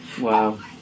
Wow